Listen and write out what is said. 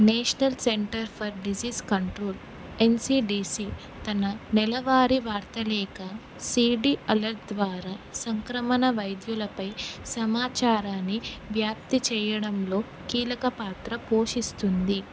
national centre for disease control NCDC తన నెలవారి వార్తలేక సిడి అలర్ట్ ద్వారా సంక్రమణ వైద్యులపై సమాచారాన్ని వ్యాప్తి చేయడంలో కీలక పాత్ర పోషిస్తుంది